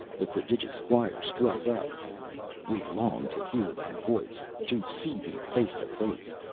the prodigious choir struck up we long to hear thy voice, to see thee face to face.